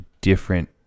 different